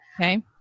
Okay